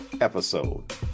episode